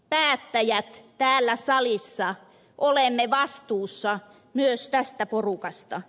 me päättäjät täällä salissa olemme vastuussa myös tästä porukasta